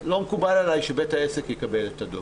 לא מקובל עליי שבית העסק יקבל את הדוח.